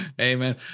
Amen